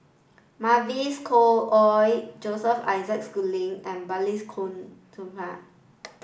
Mavis Khoo Oei Joseph Isaac Schooling and Balli Kaur Jaswal